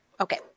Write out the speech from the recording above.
Okay